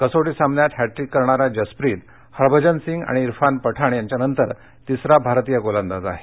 कसोटी सामन्यात हृष्टिक करणारा जसप्रित हरभजन सिंग आणि इरफान पठाण यांच्यानंतर तिसरा गोलंदाज आहे